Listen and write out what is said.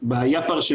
בעיה.